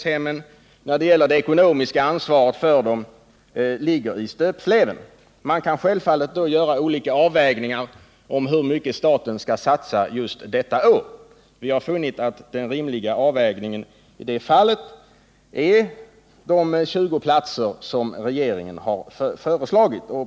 Som alla vet har det ekonomiska ansvaret i fråga om inackorderingshemmen hamnat i stöpsleven. Hur mycket staten skall satsa i år är självfallet en avvägningsfråga. Vi har funnit det rimligt med de 20 platser som regeringen har föreslagit.